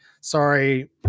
sorry